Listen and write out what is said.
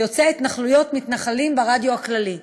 ויוצאי התנחלויות מתנחלים ברדיו הכללי.